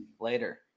Later